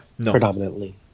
predominantly